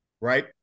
Right